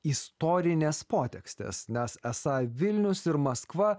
istorinės potekstės nes esą vilnius ir maskva